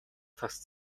тас